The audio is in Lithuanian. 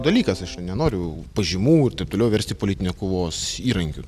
dalykas aš nenoriu pažymų ir taip toliau versti politiniu kovos įrankiu